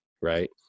Right